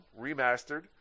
Remastered